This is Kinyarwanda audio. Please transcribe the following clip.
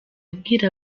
abwira